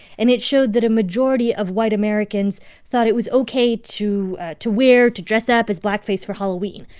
and it showed that a majority of white americans thought it was ok to to wear to dress up as blackface for halloween.